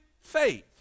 faith